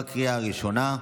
בקריאה ראשונה,